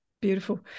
beautiful